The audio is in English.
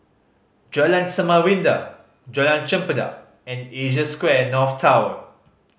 Jalan Samarinda Jalan Chempedak and Asia Square North Tower